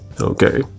okay